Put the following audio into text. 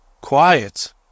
quiet